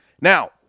Now